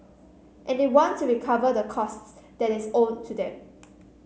and they want to recover the costs that is owed to them